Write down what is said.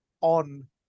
on